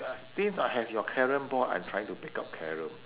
uh since I have your carrom board I'm trying to pick up carrom